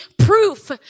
proof